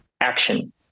action